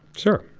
sure.